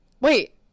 wait